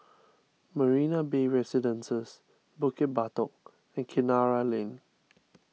Marina Bay Residences Bukit Batok and Kinara Lane